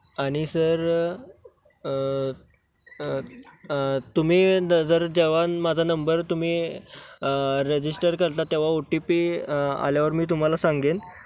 आणि सर तुम्ही जर जेव्हा माझा नंबर तुम्ही रजिस्टर करता तेव्हा ओ टी पी आल्यावर मी तुम्हाला सांगेन